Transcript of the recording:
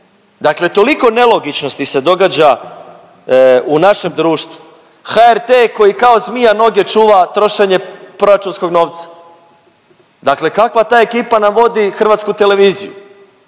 dakle toliko nelogičnosti se događa u našem društvu. HRT koji kao zmija noge čuva trošenje proračunskog novca, dakle kakva ta ekipa nam vodi Hrvatsku televiziju,